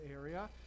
area